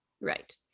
Right